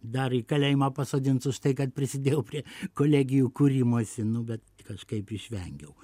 dar į kalėjimą pasodins už tai kad prisidėjau prie kolegijų kūrimosi nu bet kažkaip išvengiau